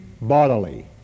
bodily